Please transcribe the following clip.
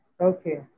Okay